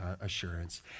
assurance